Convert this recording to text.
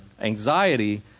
anxiety